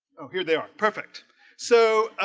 oh here they are perfect so